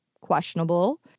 questionable